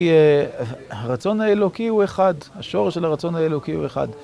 כי הרצון האלוקי הוא אחד, השור של הרצון האלוקי הוא אחד.